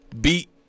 beat